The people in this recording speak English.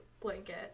blanket